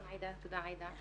שלום, עאידה, תודה, עאידה.